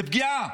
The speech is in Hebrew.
זאת פגיעה